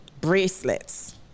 bracelets